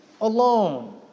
alone